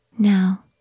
Now